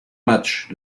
matchs